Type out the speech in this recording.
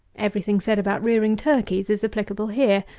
every thing said about rearing turkeys is applicable here.